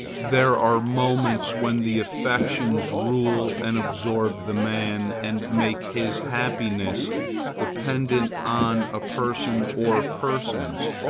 there are moments when the affections rule and absorb the man and make his happiness dependent on a person or persons.